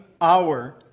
hour